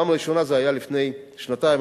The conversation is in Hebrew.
הפעם הראשונה היתה לפני שנתיים,